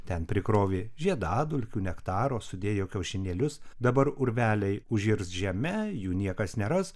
ten prikrovė žiedadulkių nektaro sudėjo kiaušinėlius dabar urveliai užirs žeme jų niekas neras